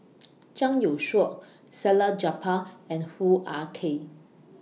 Zhang Youshuo Salleh Japar and Hoo Ah Kay